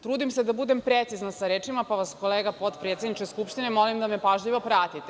Trudim se da budem precizna sa rečima, pa vas potpredsedniče Skupštine molim da me pažljivo pratite.